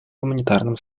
гуманитарным